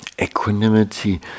equanimity